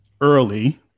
early